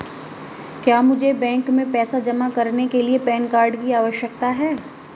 क्या मुझे बैंक में पैसा जमा करने के लिए पैन कार्ड की आवश्यकता है?